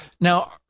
Now